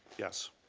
yes.